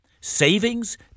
savings